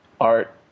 art